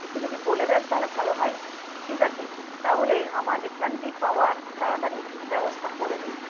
একটু যদি বলে দেন তাহলে ভালো হয় ঠিক আছে তাহলে আমার রিফান্ডটি পাওয়ার তাড়াতাড়ি ব্যবস্থা করে দিন